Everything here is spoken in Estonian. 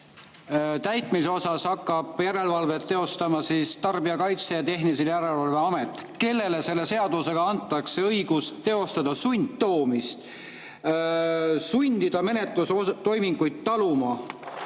täitmise üle hakkab järelevalvet teostama Tarbijakaitse ja Tehnilise Järelevalve Amet, kellele selle seadusega antakse õigus teostada sundtoomist, sundida menetlustoiminguid taluma